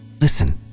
Listen